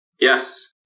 Yes